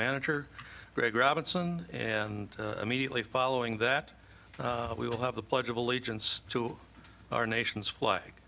manager greg robinson and immediately following that we will have the pledge of allegiance to our nation's flag